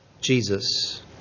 Jesus